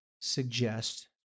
suggest